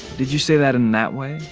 did you say that in that way?